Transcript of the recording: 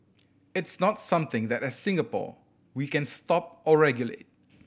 it's not something that as Singapore we can stop or regulate